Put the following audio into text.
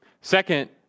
Second